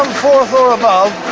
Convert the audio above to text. fourth or above.